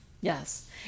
Yes